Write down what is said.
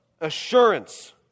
assurance